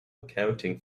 accounting